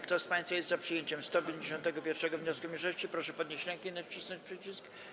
Kto z państwa jest za przyjęciem 157. wniosku mniejszości, proszę podnieść rękę i nacisnąć przycisk.